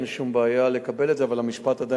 השאילתא.